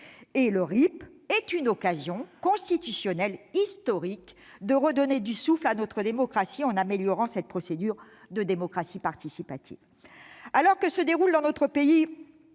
Le RIP est une occasion constitutionnelle historique de redonner du souffle à notre démocratie en améliorant cette procédure de démocratie participative. Alors que se déroule dans notre pays